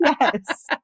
yes